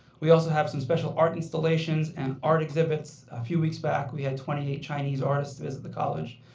we also have some special art installations and art exhibits. a few weeks back we had twenty eight chinese artists visit the college,